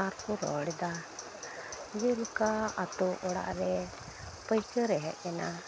ᱟᱨᱠᱤ ᱨᱚᱲᱮᱫᱟ ᱡᱮᱞᱮᱠᱟ ᱟᱛᱳ ᱚᱲᱟᱜ ᱨᱮ ᱯᱟᱹᱭᱟᱹᱨᱮ ᱦᱮᱡ ᱮᱱᱟ